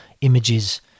images